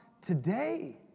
today